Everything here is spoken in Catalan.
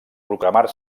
proclamar